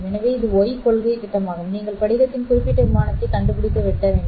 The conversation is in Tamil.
எனவே இது y கொள்கை திட்டமாகும் நீங்கள் படிகத்தின் குறிப்பிட்ட விமானத்தை கண்டுபிடித்து வெட்ட வேண்டும்